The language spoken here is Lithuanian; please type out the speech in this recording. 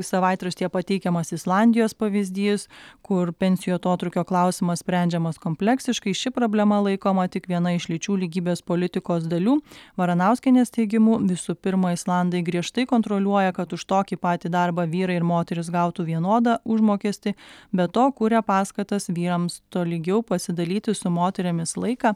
savaitraštyje pateikiamas islandijos pavyzdys kur pensijų atotrūkio klausimas sprendžiamas kompleksiškai ši problema laikoma tik viena iš lyčių lygybės politikos dalių varanauskienės teigimu visų pirma islandai griežtai kontroliuoja kad už tokį patį darbą vyrai ir moterys gautų vienodą užmokestį be to kuria paskatas vyrams tolygiau pasidalyti su moterimis laiką